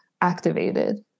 activated